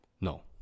No